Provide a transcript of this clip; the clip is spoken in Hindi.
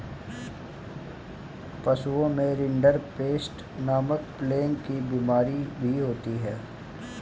पशुओं में रिंडरपेस्ट नामक प्लेग की बिमारी भी होती है